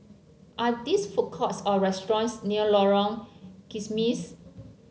are these food courts or restaurants near Lorong Kismis